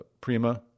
Prima